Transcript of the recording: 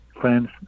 friends